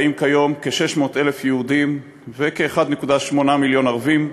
חיים כיום כ-600,000 יהודים וכ-1.8 מיליון ערבים.